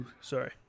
Sorry